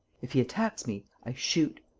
if he attacks me, i shoot.